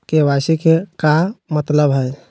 KYC के का मतलब हई?